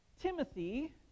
Timothy